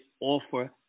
offer